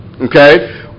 Okay